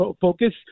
Focus